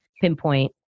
pinpoint